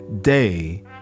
day